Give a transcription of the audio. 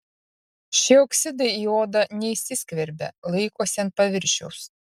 šie oksidai į odą neįsiskverbia laikosi ant paviršiaus